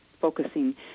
focusing